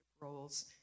roles